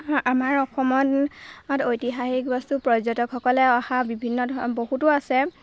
আমাৰ অসমত ঐতিহাসিক বস্তু পৰ্যটকসকলে অহা বিভিন্ন বহুতো আছে